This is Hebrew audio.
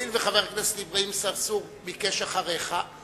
הואיל וחבר הכנסת אברהים צרצור ביקש אחריך,